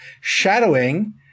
Shadowing